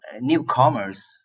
newcomers